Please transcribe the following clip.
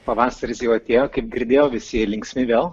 pavasaris jau atėjo kaip girdėjau visi linksmi vėl